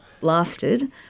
lasted